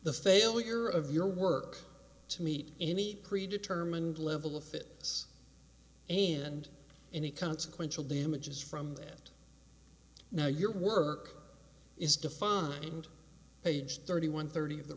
the failure of your work to meet any pre determined level of fitness and any consequential damages from that now your work is defined by age thirty one thirty of the